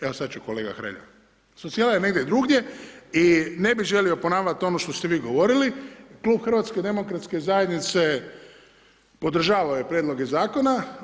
Evo, sada ću kolega Hrelja, socijalna negdje drugdje i ne bi želio ponavljati ono što ste vi govorili Klub HDZ-a podržava ove prijedloge zakona.